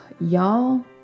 y'all